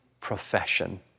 profession